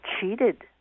cheated